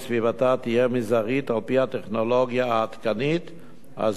תהיה מזערית על-פי הטכנולוגיה העדכנית ביותר הזמינה.